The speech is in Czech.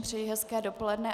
Přeji hezké dopoledne.